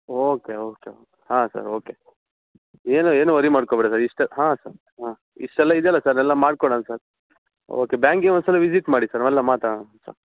okay okay okay ಹಾಂ sir okay ಏನು ಏನು ವರಿ ಮಾಡ್ಕೊಬೇಡಿ ಸರ್ ಇಷ್ಟು ಹಾಂ ಸರ್ ಹಾಂ ಇಷ್ಟೆಲ್ಲ ಇದೆಯಲ್ಲ ಸರ್ ಎಲ್ಲ ಮಾಡ್ಕೊಡೋಣ ಸರ್ ಓಕೆ ಬ್ಯಾಂಕಿಗೆ ಒಂದುಸಲ ವಿಝಿಟ್ ಮಾಡಿ ಸರ್ ನಾವೆಲ್ಲ ಮಾತಡೋಣ ಸರ್